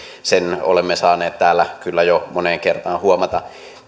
sen olemme saaneet täällä kyllä jo moneen kertaan huomata